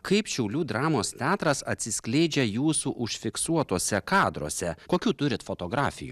kaip šiaulių dramos teatras atsiskleidžia jūsų užfiksuotuose kadruose kokių turit fotografijų